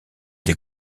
des